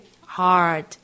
hard